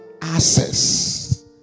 access